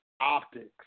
optics